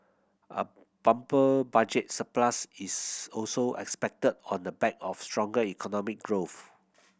a bumper budget surplus is also expected on the back of stronger economic growth